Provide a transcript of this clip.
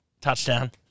touchdown